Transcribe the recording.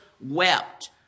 wept